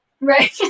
Right